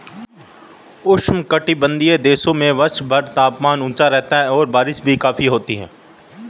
उष्णकटिबंधीय देशों में वर्षभर तापमान ऊंचा रहता है और बारिश भी काफी होती है